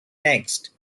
next